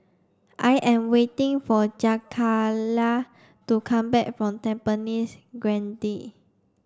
I am waiting for Jakayla to come back from Tampines Grande